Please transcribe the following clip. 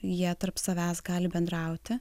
jie tarp savęs gali bendrauti